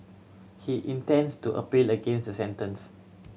he intends to appeal against the sentence